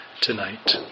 tonight